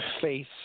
face